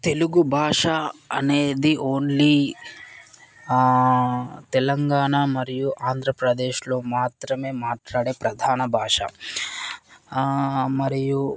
తెలుగు భాష అనేది ఓన్లీ తెలంగాణ మరియు ఆంధ్రప్రదేశ్లో మాత్రమే మాట్లాడే ప్రధాన భాష మరియు